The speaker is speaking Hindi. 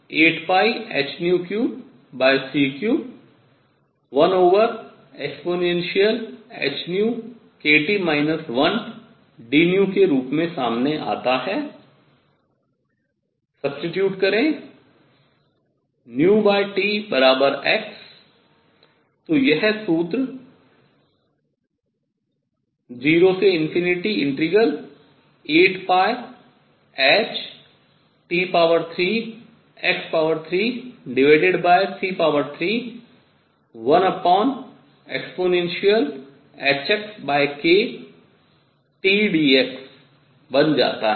यह ∫08hν3c31 ehνkT 1dν के रूप में सामने आता है substitute करें Tx तो यह सूत्र ∫08hT3x3c31 ehxkTdx बन जाता है